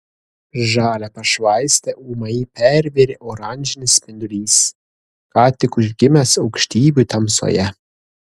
žalią pašvaistę ūmai pervėrė oranžinis spindulys ką tik užgimęs aukštybių tamsoje